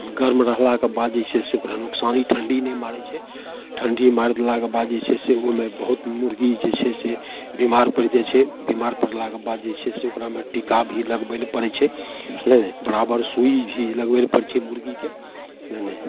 गरम रहलाके बाद जे छै से ओकरा नोकसानी ठण्डी नहि मारै छै ठण्डी मारलाके बाद जे छै से ओहिमे बहुत मुरगी जे छै से बेमार पड़ि जाए छै बेमार पड़लाके बाद जे छै से ओकरामे टीका भी लगबैलए पड़ै छै नहि नहि बराबर सुइ भी लगबैलए पड़ै छै मुरगीके कोइ नहि